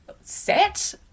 set